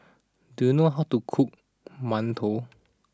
do you know how to cook Mantou